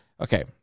Okay